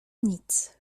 nic